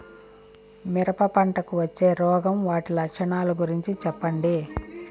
మిరప పంటకు వచ్చే రోగం వాటి లక్షణాలు గురించి చెప్పండి?